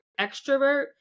extrovert